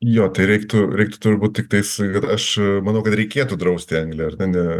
jo tai reiktų reiktų turbūt tiktai sakyt kad aš manau kad reikėtų drausti anglį ar ne